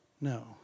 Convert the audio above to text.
No